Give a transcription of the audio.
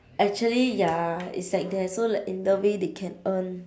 actually ya it's like that so like in the way they can earn